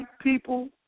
people